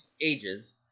ages